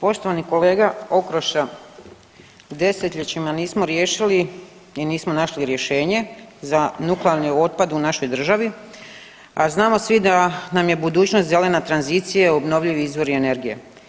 Poštovani kolega Okroša, desetljećima nismo riješili i nismo našli rješenje za nuklearni otpad u našoj državi, a znamo svi da nam je budućnost zelena tranzicija i obnovljivi izvori energije.